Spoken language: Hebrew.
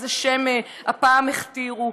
איזה שם הפעם הכתירו.